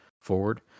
forward